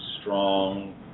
strong